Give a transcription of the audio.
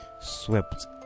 swept